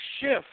shift